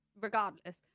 regardless